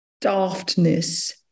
daftness